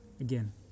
Again